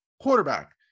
quarterback